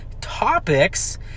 topics